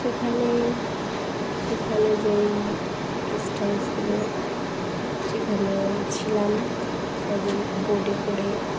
সেখানে সেখানে যেই গেস্ট হাউসগুলো সেখানে ছিলাম কদিন বোটে করে